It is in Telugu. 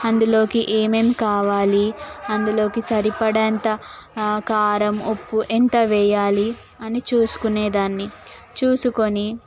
అందులో ఏమేమి కావాలి అందులోకి సరిపడేంత ఆ కారం ఉప్పు ఎంత వేయాలి అని చూసుకునే దాన్ని చూసుకొని